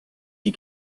die